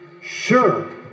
sure